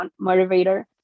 motivator